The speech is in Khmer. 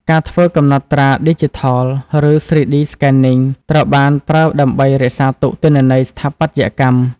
ការធ្វើកំណត់ត្រាឌីជីថល (ឬ 3D Scanning) ត្រូវបានប្រើដើម្បីរក្សាទុកទិន្នន័យស្ថាបត្យកម្ម។